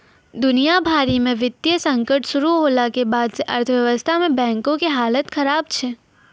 दुनिया भरि मे वित्तीय संकट शुरू होला के बाद से अर्थव्यवस्था मे बैंको के हालत खराब छै